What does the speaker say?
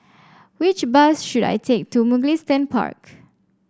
which bus should I take to Mugliston Park